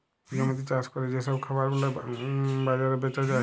জমিতে চাষ ক্যরে যে সব খাবার গুলা বাজারে বেচা যায়